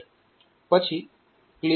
પછી CLR P3